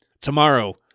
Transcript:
tomorrow